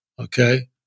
okay